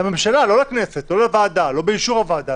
לא לכנסת, לא לוועדה, לא באישור הוועדה.